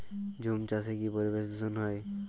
ঝুম চাষে কি পরিবেশ দূষন হয়?